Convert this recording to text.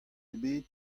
ebet